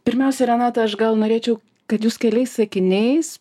pirmiausia renata aš gal norėčiau kad jūs keliais sakiniais